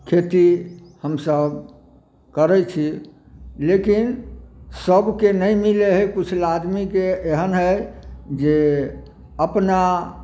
खेती हमसब करै छी लेकिन सबके नहि मिलै है किछु आदमीके एहन है जे अपना